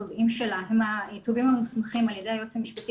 התובעים שלה הם התובעים המוסמכים על ידי היועץ המשפטי